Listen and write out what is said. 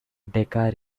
decca